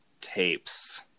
tapes